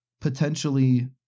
potentially